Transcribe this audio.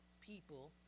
people